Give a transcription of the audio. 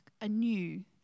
anew